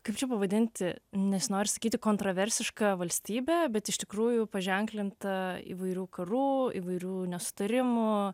kaip čia pavadinti nesinori sakyti kontroversišką valstybę bet iš tikrųjų paženklinta įvairių karų įvairių nesutarimų